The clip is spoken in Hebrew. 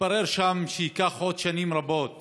התברר שם שייקח עוד שנים רבות